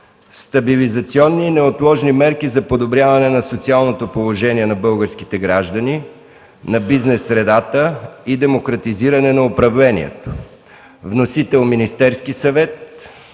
Стабилизационни и неотложни мерки за подобряване на социалното положение на българските граждани, на бизнес средата и демократизиране на управлението. Вносител е Министерският съвет.